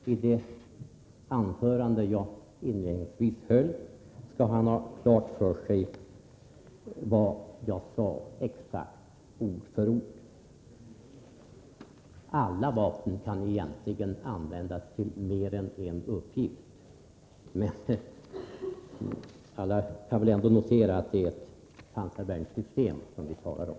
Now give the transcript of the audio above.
Där kan han få klart för sig vad jag exakt sade i det anförande jag höll inledningsvis. Jag vill tillägga att alla vapen egentligen kan användas till mer än en uppgift, men vi kan ändå notera att det är ett pansarvärnssystem som vi talar om.